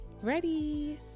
Ready